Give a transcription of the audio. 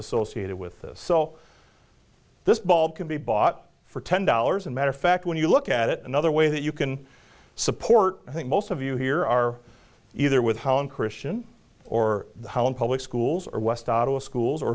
associated with this so this ball can be bought for ten dollars and matter of fact when you look at it another way that you can support i think most of you here are either with christian or how in public schools or west schools